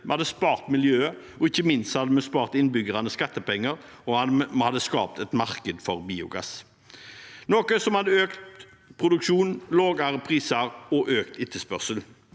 vi hadde spart miljøet, og ikke minst hadde vi spart innbyggernes skattepenger og skapt et marked for biogass, noe som hadde økt produksjonen, gitt lavere priser og økt etterspørsel.